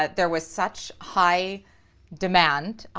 there was such high demand,